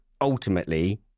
ultimately